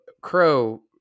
crow